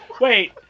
Wait